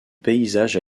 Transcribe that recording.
paysages